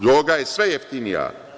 Droga je sve jeftinija.